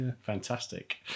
fantastic